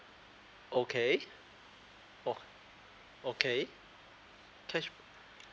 okay oh okay cash